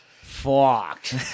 Fucked